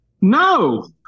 no